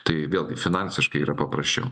tai vėlgi finansiškai yra paprasčiau